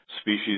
species